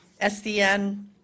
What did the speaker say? SDN